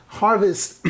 harvest